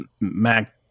Mac